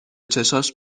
چشاش